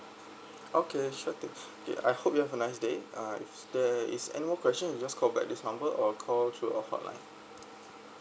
okay sure thing okay I hope you have a nice day uh if there is any more question you just call back this number or call through our hotline